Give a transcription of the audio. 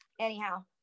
Anyhow